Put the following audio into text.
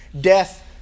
death